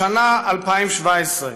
השנה, 2017,